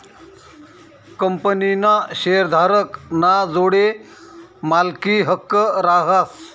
कंपनीना शेअरधारक ना जोडे मालकी हक्क रहास